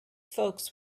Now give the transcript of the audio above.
folks